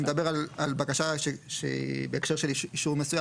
שמדבר על בקשה בהקשר של אישור מסוים.